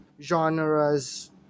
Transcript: genres